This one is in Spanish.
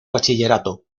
bachillerato